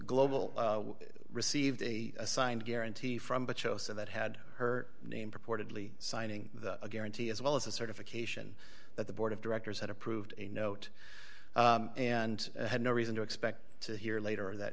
global received a signed guarantee from but show so that had her name purportedly signing a guarantee as well as a certification that the board of directors had approved a note and had no reason to expect to hear later that